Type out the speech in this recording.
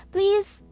Please